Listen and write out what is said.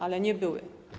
Ale nie były.